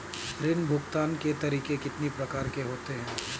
ऋण भुगतान के तरीके कितनी प्रकार के होते हैं?